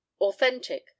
Authentic